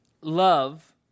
Love